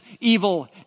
evil